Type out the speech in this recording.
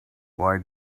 why